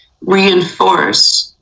reinforce